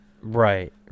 right